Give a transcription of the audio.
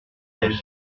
étienne